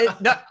no